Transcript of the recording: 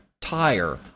tire